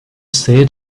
say